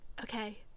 Okay